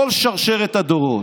כל שרשרת הדורות.